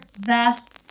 vast